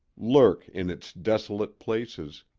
lurk in its desolate places,